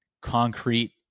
concrete